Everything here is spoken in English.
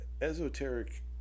esoteric